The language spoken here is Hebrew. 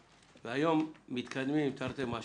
לילדים ולפעוטות עם מוגבלות (כללים לזכאות להסעה לליווי ולארגון